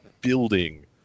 building